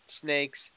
snakes